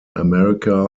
america